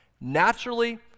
Naturally